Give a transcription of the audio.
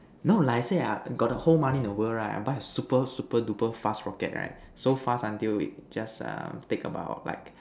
no like I say ah got the whole money in the world right buy a super super duper fast rocket right so fast until it just uh take about like